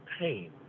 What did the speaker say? pain